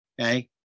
Okay